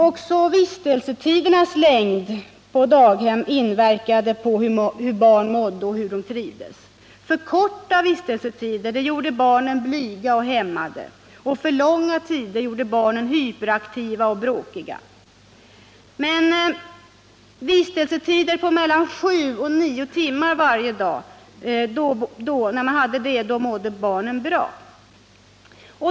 Också vistelsetidernas längd inverkade på hur barnen mådde och trivdes. För korta vistelsetider gjorde barnen blyga och hämmade, och för långa tider gjorde barnen hyperaktiva och bråkiga. Med vistelsetider på mellan 7 och 9 timmar varje dag mådde barnen bra.